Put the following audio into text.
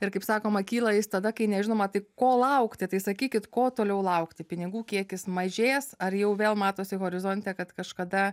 ir kaip sakoma kyla jis tada kai nežinoma tai ko laukti tai sakykit ko toliau laukti pinigų kiekis mažės ar jau vėl matosi horizonte kad kažkada